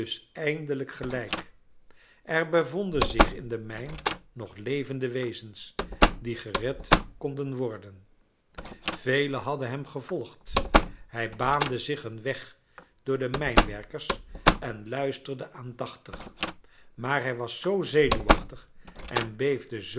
eindelijk gelijk er bevonden zich in de mijn nog levende wezens die gered konden worden velen hadden hem gevolgd hij baande zich een weg door de mijnwerkers en luisterde aandachtig maar hij was zoo zenuwachtig en beefde